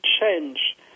change